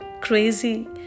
crazy